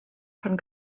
pan